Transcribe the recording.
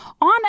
On